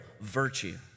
virtue